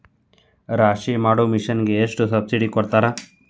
ರಾಶಿ ಮಾಡು ಮಿಷನ್ ಗೆ ಎಷ್ಟು ಸಬ್ಸಿಡಿ ಕೊಡ್ತಾರೆ?